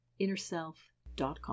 InnerSelf.com